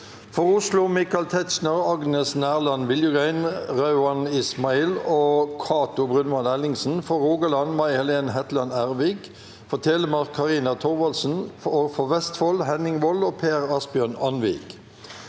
For Oslo: Michael Tetzschner, Agnes Nærland Vilju_grein, Rauand Ismail og Cato Brunvand Ellingsen_ For Rogaland: May Helen Hetland Ervik For Telemark: Carina Thorvaldsen For Vestfold: Henning Wold og Per-Asbjørn Andvik